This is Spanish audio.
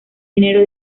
dinero